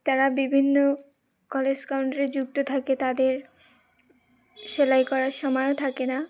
তারা বিভিন্ন কলেজ কাউন্টারে যুক্ত থাকে তাদের সেলাই করার সময়ও থাকে না